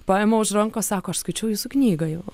paima už rankos sako aš skaičiau jūsų knygą jau